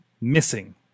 missing